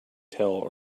tell